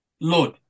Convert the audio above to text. Lord